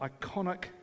iconic